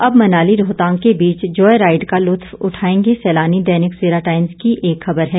अब मनाली रोहतांग के बीच ज्वॉय राइड का लुत्फ उठाएंगे सैलानी दैनिक सवेरा टाइम्स की एक खबर है